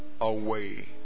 away